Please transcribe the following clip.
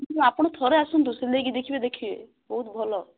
ହଁ ଆପଣ ଥରେ ଆସନ୍ତୁ ସିଲେଇକି ଦେଖିବେ ଦେଖିବେ ବହୁତ ଭଲ